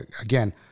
again